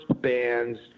bands